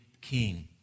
king